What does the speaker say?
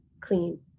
clean